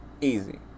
Easy